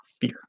fear